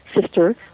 sister